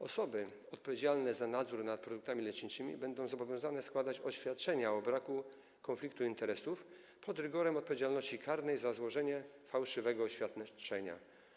Osoby odpowiedzialne za nadzór nad produktami leczniczymi będą zobowiązane do składania oświadczenia o braku konfliktu interesów pod rygorem odpowiedzialności karnej za złożenie fałszywego oświadczenia.